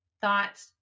thought